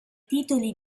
titoli